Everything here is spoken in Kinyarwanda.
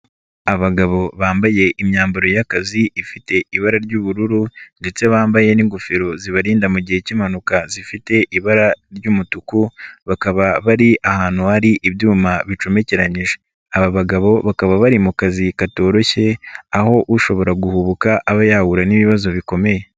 Abagabo bambaye imyambaro y'akazi ifite ibara ry'ubururu ndetse bambaye n'ingofero zibarinda mu gihe k'impanuka zifite ibara ry'umutuku bakaba bari ahantu hari ibyuma bicomekeranyije, aba bagabo bakaba bari mu kazi katoroshye aho ushobora guhubuka aba yahura n'ibibazo bikomeye.